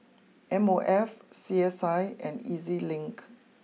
M O F C S I and E Z Link